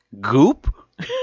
Goop